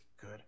good